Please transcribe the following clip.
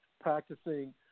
practicing